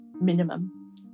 minimum